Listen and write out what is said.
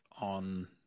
on